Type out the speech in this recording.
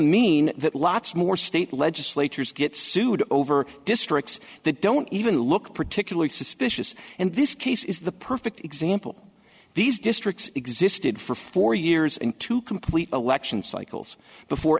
mean that lots more state legislatures get sued over districts that don't even look particularly suspicious and this case is the perfect example these districts existed for four years into complete election cycles before